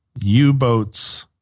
U-boats